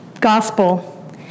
gospel